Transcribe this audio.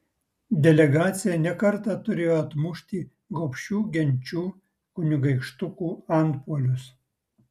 delegacija ne kartą turėjo atmušti gobšių genčių kunigaikštukų antpuolius